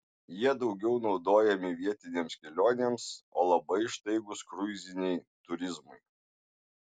jie daugiau naudojami vietinėms kelionėms o labai ištaigūs kruiziniai turizmui